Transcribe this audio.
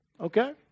Okay